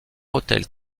hôtel